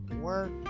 work